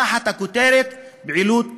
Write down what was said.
תחת הכותרת "פעילות טרור"?